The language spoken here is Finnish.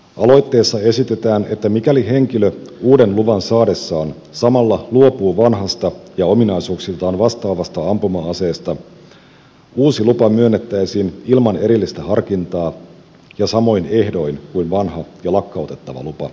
aloitteessa esitetään että mikäli henkilö uuden luvan saadessaan samalla luopuu vanhasta ja ominaisuuksiltaan vastaavasta ampuma aseesta uusi lupa myönnettäisiin ilman erillistä harkintaa ja samoin ehdoin kuin vanha ja lakkautettava lupa oli myönnetty